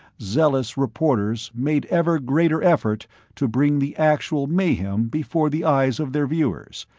zealous reporters made ever greater effort to bring the actual mayhem before the eyes of their viewers,